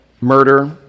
Murder